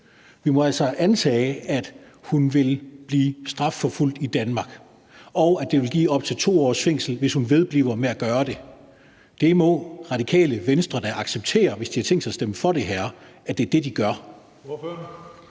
Vi må altså antage, at hun vil blive strafforfulgt i Danmark, og at det vil give op til 2 års fængsel, hvis hun vedbliver med at gøre det. Det må Radikale Venstre da acceptere, hvis de har tænkt sig at stemme for det her, altså at det er det, der